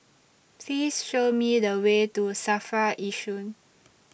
Please Show Me The Way to SAFRA Yishun